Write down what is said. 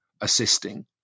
assisting